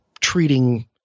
treating